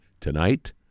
tonight